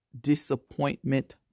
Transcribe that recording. disappointment